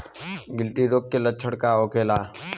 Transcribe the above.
गिल्टी रोग के लक्षण का होखे?